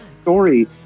story